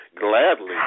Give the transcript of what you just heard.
gladly